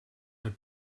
had